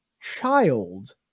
child